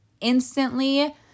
instantly